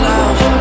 Love